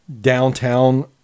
downtown